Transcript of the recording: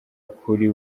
kuri